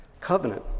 covenant